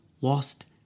lost